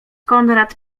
konrad